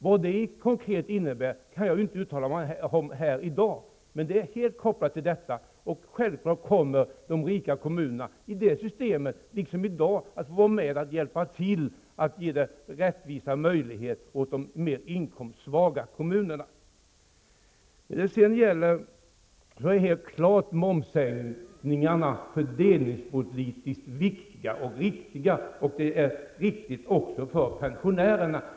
Vad det konkret innebär kan jag inte uttala mig om här i dag, men självklart kommer de rika kommunerna i det systemet liksom i dag att få vara med och hjälpa till att ge rättvisa möjligheter åt de mer inkomstsvaga kommunerna. Momssänkningarna är helt klart fördelningspolitiskt viktiga och riktiga, också för pensionärerna.